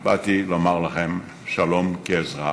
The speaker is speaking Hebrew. באתי לומר לכם שלום כאזרח,